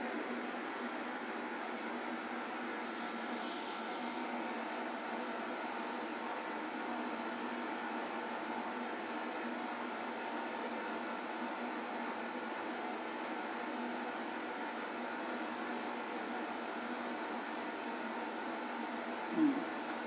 mm